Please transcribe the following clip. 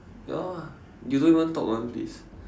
ya you don't even talk [one] please